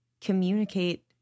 communicate